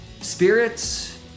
spirits